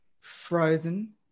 frozen